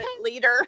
leader